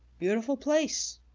beautiful place,